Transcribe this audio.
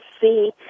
see